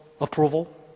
approval